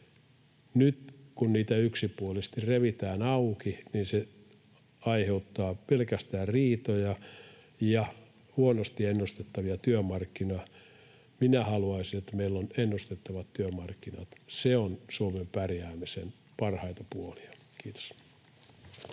Nyt kun niitä yksipuolisesti revitään auki, niin se aiheuttaa pelkästään riitoja ja huonosti ennustettavia työmarkkinoita. Minä haluaisin, että meillä on ennustettavat työmarkkinat. Se on Suomen pärjäämisen parhaita puolia. — Kiitos.